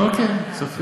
אוקיי, כספים.